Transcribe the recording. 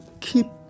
keep